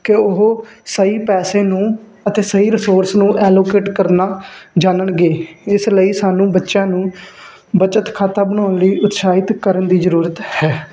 ਕਿ ਉਹ ਸਹੀ ਪੈਸੇ ਨੂੰ ਅਤੇ ਸਹੀ ਰਸੋਰਸ ਨੂੰ ਐਲੋਕੇਟ ਕਰਨਾ ਜਾਣਨਗੇ ਇਸ ਲਈ ਸਾਨੂੰ ਬੱਚਿਆਂ ਨੂੰ ਬੱਚਤ ਖਾਤਾ ਬਣਾਉਣ ਲਈ ਉਤਸਾਹਿਤ ਕਰਨ ਦੀ ਜ਼ਰੂਰਤ ਹੈ